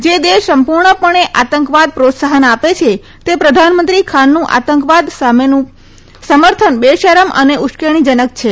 જે દેશ સંપૂર્ણપણે આતંકવાદ પ્રોત્સાહન આપે છે તે પ્રધાનમંત્રી ખાનનું આતંકવાદ માટેનું સમર્થન બેશરમ અને ઉશ્કેરણીજનક છે